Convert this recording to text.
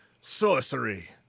Sorcery